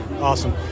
Awesome